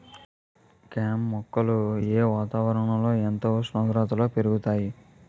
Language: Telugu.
కెమ్ మొక్కలు ఏ వాతావరణం ఎంత ఉష్ణోగ్రతలో పెరుగుతాయి?